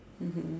mmhmm